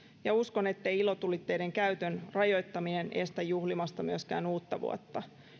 uskon ettei ilotulitteiden käytön rajoittaminen estä juhlimasta myöskään uuttavuotta